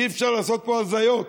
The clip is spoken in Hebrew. אי-אפשר לעשות פה הזיות,